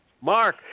Mark